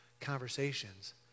conversations